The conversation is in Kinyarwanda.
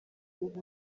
uba